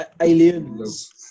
Aliens